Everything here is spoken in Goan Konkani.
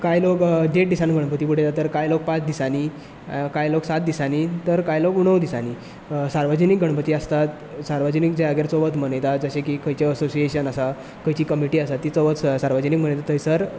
कांय लोक देड दिसांनी गणपती बुडयतात तर कांय लोक पांच दिसांनी काय लोक सात दिसांनी तर काय लोक णव दिसांनी सार्वजनीक गणपती आसतात सार्वजनीक जाग्यार चवथ मनयतात जशें की खंयचें असोशियेशन आसा खंयची कमिटी आसा ती चवथ सार्वजनीक मनयता थंय सर